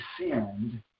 descend